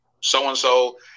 so-and-so